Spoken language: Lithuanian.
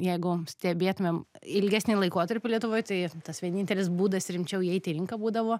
jeigu stebėtumėm ilgesnį laikotarpį lietuvoj tai tas vienintelis būdas rimčiau įeit į rinką būdavo